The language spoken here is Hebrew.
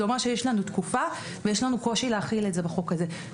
זה אומר שיש לנו תקופה ויש לנו קושי להחיל את זה בחוק הזה.